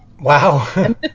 Wow